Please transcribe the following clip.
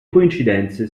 coincidenze